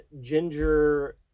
ginger